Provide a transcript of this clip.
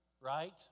right